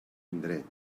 indret